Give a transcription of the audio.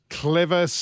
clever